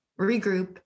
regroup